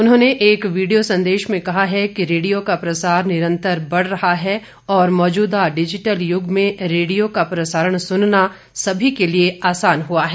उन्होंने एक वीडियो संदेश में कहा है कि रेडियो का प्रसार निरंतर बढ़ रहा है और मौजूदा डिजिटल युग में रेडियो का प्रसारण सुनना सभी के लिए आसान हुआ है